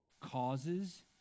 causes